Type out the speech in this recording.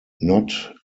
not